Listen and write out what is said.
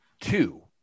two